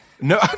No